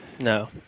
No